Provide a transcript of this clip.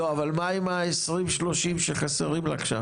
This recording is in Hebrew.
לא, אבל מה עם ה-20-30 שחסרים לך שם?